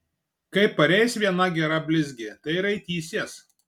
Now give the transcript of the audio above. kai pareis viena gera blizgė tai raitysies